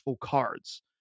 cards